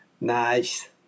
nice